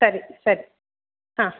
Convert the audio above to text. ಸರಿ ಸರಿ ಹಾಂ